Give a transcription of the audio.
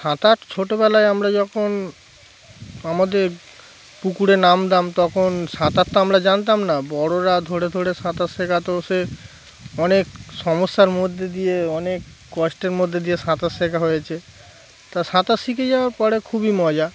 সাঁতার ছোটোবেলায় আমরা যখন আমাদের পুকুরে নামতাম তখন সাঁতার তো আমরা জানতাম না বড়োরা ধরে ধরে সাঁতার শেখাতো সে অনেক সমস্যার মধ্যে দিয়ে অনেক কষ্টের মধ্যে দিয়ে সাঁতার শেখা হয়েছে তা সাঁতার শিখে যাওয়ার পরে খুবই মজা